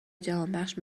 جهانبخش